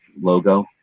logo